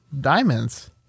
Diamonds